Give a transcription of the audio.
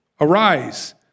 Arise